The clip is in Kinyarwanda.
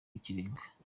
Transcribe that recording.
w’ikirenga